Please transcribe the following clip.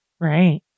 Right